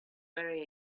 very